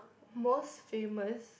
most famous